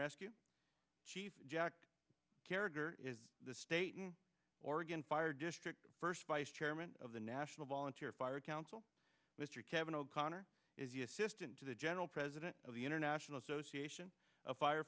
rescue jack character is the state of oregon fire district first vice chairman of the national volunteer fire council mr kevin o'connor is the assistant to the general president of the international association of fire